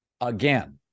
Again